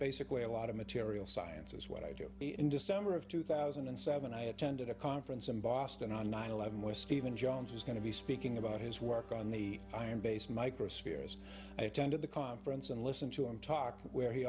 basically a lot of material science is what i do in december of two thousand and seven i attended a conference in boston on nine eleven with stephen jones is going to be speaking about his work on the i am based microspheres i attended the conference and listen to him talk where he